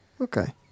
okay